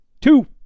Two